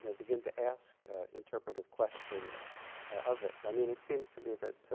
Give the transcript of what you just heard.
ah begin to ask interpretive questions of it, i mean, it seems to me that,